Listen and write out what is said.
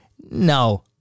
no